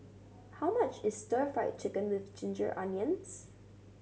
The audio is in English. how much is Stir Fried Chicken With Ginger Onions